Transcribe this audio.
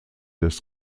des